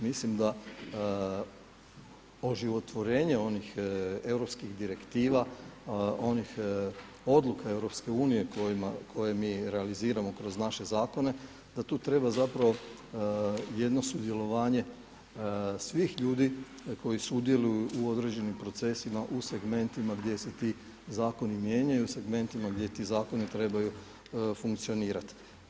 Mislim da oživotvorenje onih europskih direktiva, onih odluka EU koje mi realiziramo kroz naše zakone da tu treba jedno sudjelovanje svih ljudi koji sudjeluju u određenim procesima u segmentima gdje se ti zakoni mijenjaju, segmentima gdje ti zakoni trebaju funkcionirati.